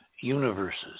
universes